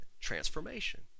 transformation